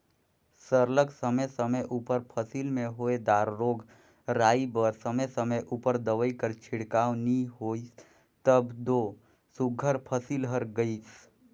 सरलग समे समे उपर फसिल में होए दार रोग राई बर समे समे उपर दवई कर छिड़काव नी होइस तब दो सुग्घर फसिल हर गइस